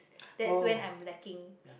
that's when I'm lacking